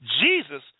Jesus